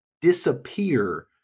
Disappear